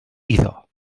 iddo